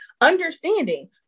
Understanding